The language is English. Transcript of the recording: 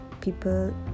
people